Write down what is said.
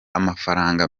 amafaranga